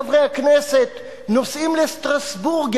חברי הכנסת נוסעים לסטרסבורג,